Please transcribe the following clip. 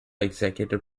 executive